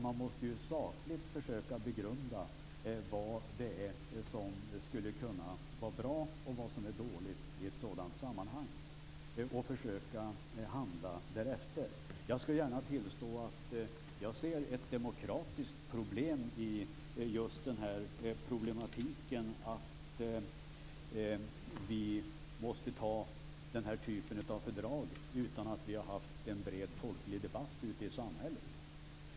Man måste sakligt försöka begrunda vad som skulle kunna vara bra och vad som är dåligt i ett sådant sammanhang och försöka handla därefter. Jag skall gärna tillstå att jag ser ett demokratiskt problem i just det här med att vi måste besluta om denna typ av fördrag utan att ha haft en bred folklig debatt ute i samhället.